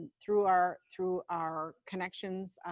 through our through our connections,